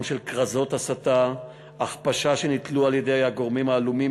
של כרזות הסתה והכפשה שנתלו על-ידי גורמים עלומים